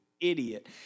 idiot